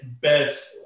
best